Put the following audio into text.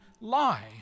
lie